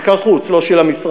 מחקר חוץ, לא של המשרד.